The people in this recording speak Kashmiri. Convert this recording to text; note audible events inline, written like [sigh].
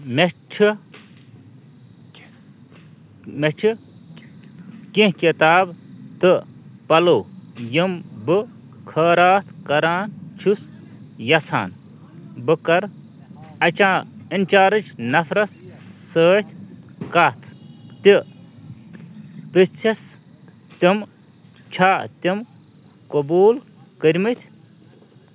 مےٚ چھُ [unintelligible] مےٚ چھُ کیٚنٛہہ کِتاب تہٕ پَلو یِم بہٕ خٲرات کران چھُس یژھان بہٕ کَرٕ اَچا اِنچارٕج نفرَس سۭتۍ کَتھ تہِ پِرٛژھٮ۪س تِم چھےٚ تِم قبوٗل کٔرۍمٕتۍ